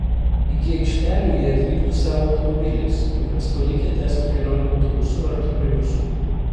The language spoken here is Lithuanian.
iki aikštelių jie atvyktų savo automobiliais o juos palikę tęstų kelionę autobusu ar troleibusu